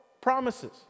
promises